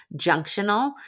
Junctional